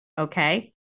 Okay